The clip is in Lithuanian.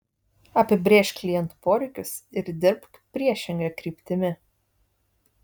apibrėžk klientų poreikius ir dirbk priešinga kryptimi